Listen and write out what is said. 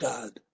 God